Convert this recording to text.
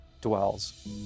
dwells